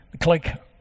click